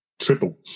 triple